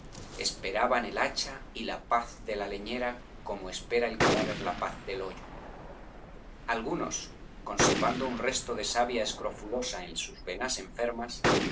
esperaban el hacha y la paz de la leñera como espera el cadáver la paz del hoyo algunos conservando un resto de savia escrofulosa en sus venas enfermas